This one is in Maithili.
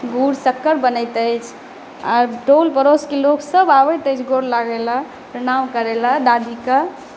गुड़ शक्कर बनैत अछि आ टोल परोस के लोग सब आबैत अछि गोर लगै लए प्रणाम करै लए दादी के